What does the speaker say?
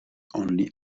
only